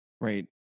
right